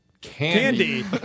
Candy